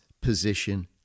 position